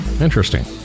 Interesting